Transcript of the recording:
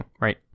right